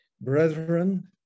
Brethren